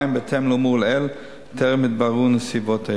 2. בהתאם לאמור לעיל, טרם התבררו נסיבות האירוע.